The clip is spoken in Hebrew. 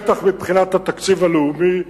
בטח מבחינת התקציב הלאומי,